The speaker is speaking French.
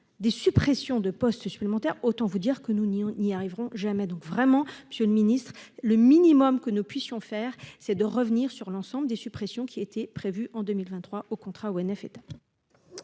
des suppressions de postes supplémentaires, autant vous dire que nous n'y y arriveront jamais, donc, vraiment, Monsieur le Ministre, le minimum que nous puissions faire c'est de revenir sur l'ensemble des suppressions qui était prévu en 2000 23 au contrat ONF étape.